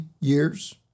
years